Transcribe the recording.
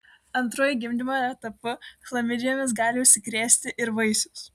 antruoju gimdymo etapu chlamidijomis gali užsikrėsti ir vaisius